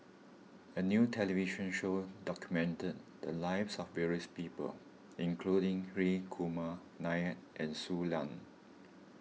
a new television show documented the lives of various people including Hri Kumar Nair and Shui Lan